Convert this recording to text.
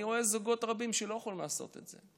אני רואה זוגות רבים שלא יכולים לעשות את זה.